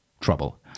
trouble